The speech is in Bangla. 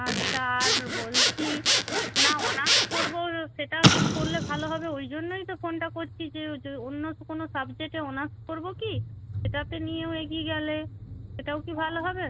আচ্ছা আর বলছি না অনার্স করব সেটা কি করলে ভালো হবে ওই জন্যই তো ফোনটা করছি যে ও যে অন্য কোনো সাবজেক্টে অনার্স করব কি সেটাতে নিয়েও এগিয়ে গেলে সেটাও কি ভালো হবে